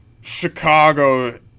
Chicago